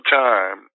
time